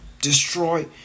destroy